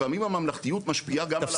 לפעמים הממלכתיות משפיעה גם על ההלכה.